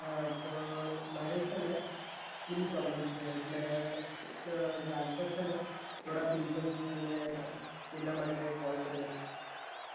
હા તો મારે છે ને સ્કીન પ્રોબ્લેમ છે એટલે ગાલ પર છે ને થોડાં પીંપલ છે ને એનાં માટે કોલ કર્યો હતો